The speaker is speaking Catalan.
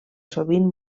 sovint